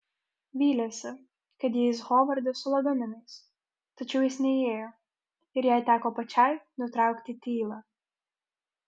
vylėsi kad įeis hovardas su lagaminais tačiau jis neįėjo ir jai teko pačiai nutraukti tylą